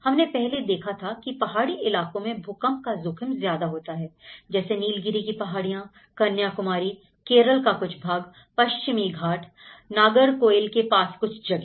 हमने पहले देखा था की पहाड़ी इलाकों में भूकंप का जोखिम ज्यादा होता है जैसे नीलगिरी की पहाड़ियां कन्याकुमारी केरल का कुछ भाग पश्चिमी घाट नागरकोइल के पास कुछ जगह